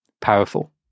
powerful